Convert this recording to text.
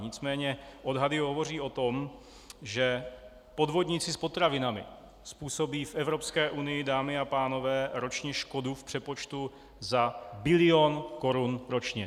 Nicméně odhady hovoří o tom, že podvodníci s potravinami způsobí v Evropské unii, dámy a pánové, ročně škodu v přepočtu za bilion korun ročně.